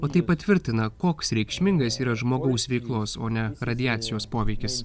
o tai patvirtina koks reikšmingas yra žmogaus veiklos o ne radiacijos poveikis